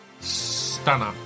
Stunner